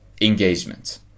engagement